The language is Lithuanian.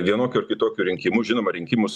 vienokių ar kitokių rinkimų žinoma rinkimus